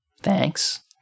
thanks